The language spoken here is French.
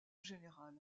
général